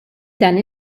dan